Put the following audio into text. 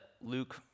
Luke